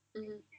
mm